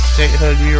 Statehood